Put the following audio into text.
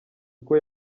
uko